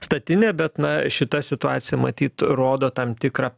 statinė bet na šita situacija matyt rodo tam tikrą